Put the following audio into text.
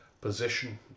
position